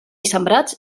sembrats